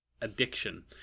addiction